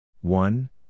one